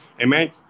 Amen